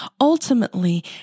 ultimately